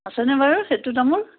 আছেনে বাৰু সেইটো তামোল